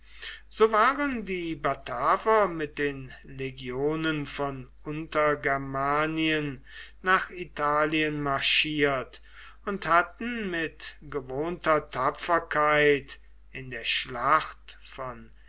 so waren die bataver mit den legionen von untergermanien nach italien marschiert und hatten mit gewohnter tapferkeit in der schlacht von